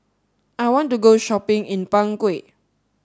I want to go shopping in Bangui